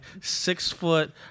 six-foot